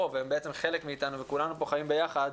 והם בעצם חלק מאיתנו וכולנו פה חיים ביחד,